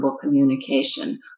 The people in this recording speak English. communication